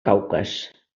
caucas